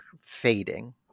fading